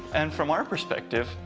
and from our perspective,